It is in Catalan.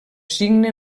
signe